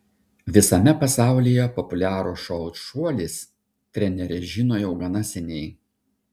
visame pasaulyje populiarų šou šuolis trenerė žino jau gana seniai